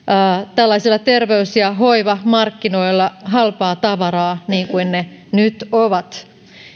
tällaisilla terveys ja hoivamarkkinoilla halpaa tavaraa niin kuin ne nyt ovat